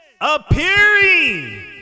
appearing